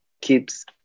keeps